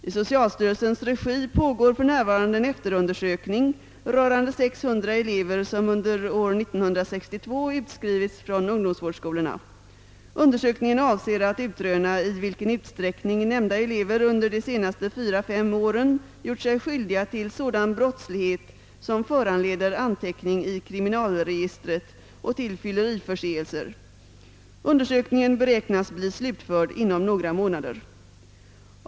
I socialstyrelsens regi pågår för närvarande en efterundersökning rörande 600 elever som under år 1962 utskrivits från ungdomsvårdsskolorna. Undersökningen avser att utröna i vilken utsträckning nämnda elever under de senaste 4—5 åren gjort sig skyldiga till sådan brottslighet som föranleder anteckning i kriminalregistret och till fylleriförseelser. Undersökningen beräknas bli slutförd inom några månader.